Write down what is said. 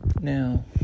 Now